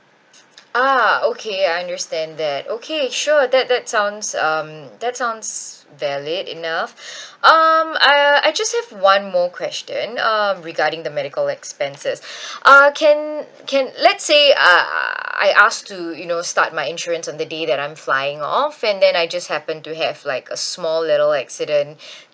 ah okay I understand that okay sure that that sounds um that sounds valid enough um uh I just have one more question um regarding the medical expenses uh can can let's say uh I asked to you know start my insurance on the day that I'm flying off and then I just happen to have like a small little accident